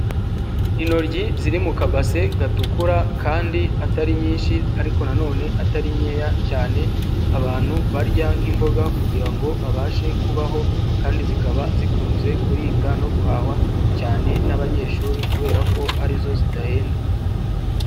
Intoryi ziri mu kabase gatukura kandi atari nyinshi ariko na none atari nkeya cyane, abantu barya nk'imboga kugira ngo babashe kubaho kandi zikaba zikunze kuribwa no guhahwa cyane n'abanyeshuri kubera ko ari zo zidahenda.